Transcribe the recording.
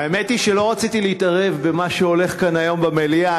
האמת היא שלא רציתי להתערב במה שהולך כאן היום במליאה,